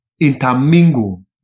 intermingle